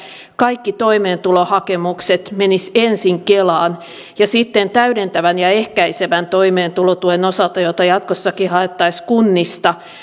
kaikki toimeentulohakemukset menisivät ensin kelaan ja sitten täydentävän ja ehkäisevän toimeentulotuen osalta joita jatkossakin haettaisiin kunnista